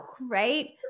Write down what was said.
right